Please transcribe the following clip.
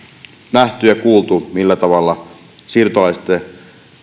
nähty ja kuultu millä tavalla siirtolaisten